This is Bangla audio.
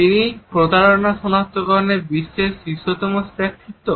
তিনি প্রতারণা সনাক্তকরণে বিশ্বের শীর্ষস্থানীয় ব্যক্তিত্ব